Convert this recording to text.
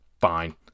fine